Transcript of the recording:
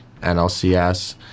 NLCS